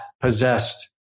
possessed